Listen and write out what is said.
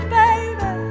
baby